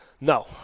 No